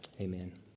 Amen